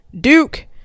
duke